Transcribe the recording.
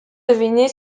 deviner